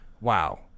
Wow